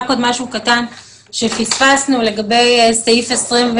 רק עוד משהו שפספסנו לגבי סעיף 26,